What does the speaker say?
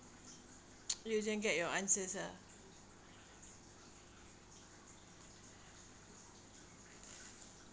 you didn't get your answers ah